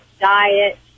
diet